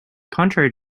contrary